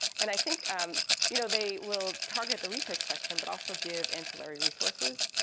and i think um you know they will target the research question but also give ancillary resources.